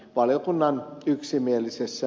arvoisa puhemies